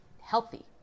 healthy